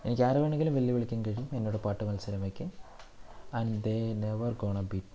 എനിക്കാരെ വേണമെങ്കിലും വെല്ലു വിളിക്കാൻ കഴിയും എന്നോട് പാട്ട് മത്സരം വയ്ക്കാൻ and they never gonna beat me